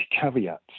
caveats